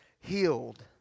healed